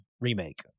remake